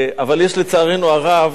אבל יש, לצערנו הרב,